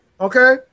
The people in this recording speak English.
okay